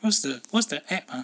what's the what's the app